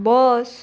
bus